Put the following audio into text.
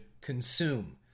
consume